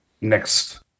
next